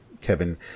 kevin